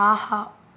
ஆஹா